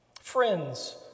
Friends